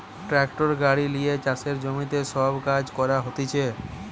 tractor গাড়ি লিয়ে চাষের জমিতে সব কাজ করা হতিছে